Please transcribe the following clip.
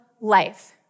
life